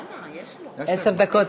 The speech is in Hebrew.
עשר דקות?